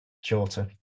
shorter